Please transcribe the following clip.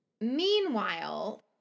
Meanwhile